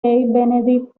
benedict